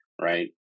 Right